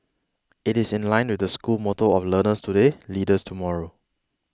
it is in line with the school motto of learners today leaders tomorrow